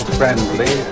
friendly